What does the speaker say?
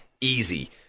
easy